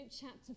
chapter